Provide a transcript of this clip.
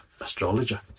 astrologer